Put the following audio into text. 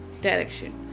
direction